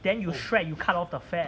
then you shred you cut off the fat